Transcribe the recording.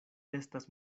estas